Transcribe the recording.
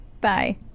Bye